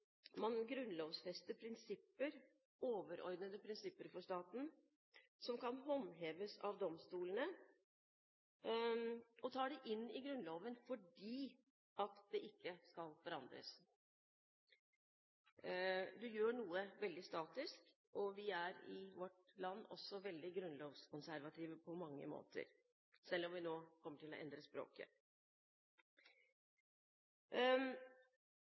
Man grunnlovfester prinsipper, overordnede prinsipper for staten, som kan håndheves av domstolene, og tar det inn i Grunnloven fordi det ikke skal forandres. Man gjør noe veldig statisk. Vi er i vårt land også veldig grunnlovskonservative på mange måter, selv om vi nå kommer til å endre språket.